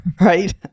right